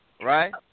right